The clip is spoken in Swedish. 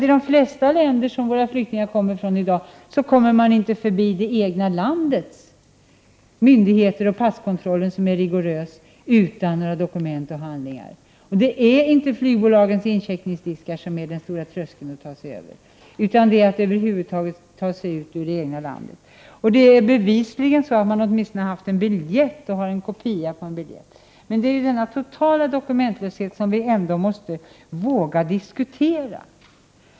I de flesta länder som våra flyktingar kommer ifrån i dag kommer man inte förbi det egna landets myndigheter och passkontroll, som är rigorös, utan dokument och handlingar. Det är inte flygbolagens incheckningsdiskar som är den stora tröskeln att ta sig över, utan det svåra är att över huvud taget ta sig ut ur det egna landet. Det är bevisligen så att man åtminstone har haft en biljett, att det finns en kopia på en biljett. Men det är denna totala dokumentlöshet vid ankomsten hit som vi måste våga diskutera.